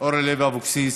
אורלי לוי אבקסיס,